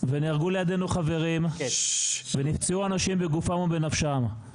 ונהרגו לידינו חברים, ונפצעו אנשים בגופם ובנפשם.